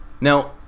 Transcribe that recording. Now